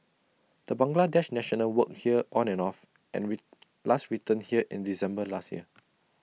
the Bangladesh national worked here on and off and last returned here in December last year